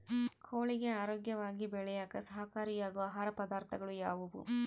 ಕೋಳಿಗೆ ಆರೋಗ್ಯವಾಗಿ ಬೆಳೆಯಾಕ ಸಹಕಾರಿಯಾಗೋ ಆಹಾರ ಪದಾರ್ಥಗಳು ಯಾವುವು?